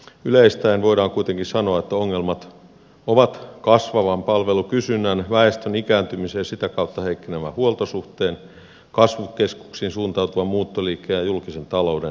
yleistäen voidaan kuitenkin sanoa että ongelmat ovat kasvavan palvelukysynnän väestön ikääntymisen ja sitä kautta heikkenevän huoltosuhteen kasvukeskuksiin suuntautuvan muuttoliikkeen ja julkisen talouden kestävyysvajeen tulosta